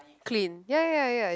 clean ya ya ya ya